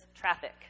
traffic